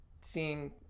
seeing